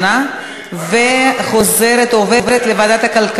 זה יהיה מעניין לראות את ההצבעה